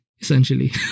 essentially